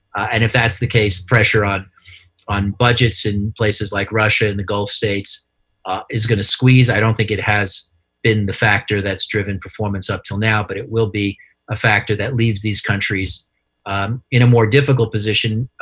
and if that's the case, pressure on on budgets in places like russia and the gulf states is going to squeeze. i don't think it has been the factor that's driven performance up till now, but it will be a factor that leaves these countries in a more difficult position,